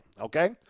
okay